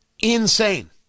insane